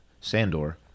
Sandor